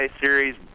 series